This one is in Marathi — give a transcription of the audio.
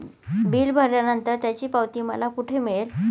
बिल भरल्यानंतर त्याची पावती मला कुठे मिळेल?